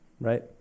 Right